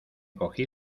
cogí